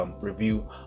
review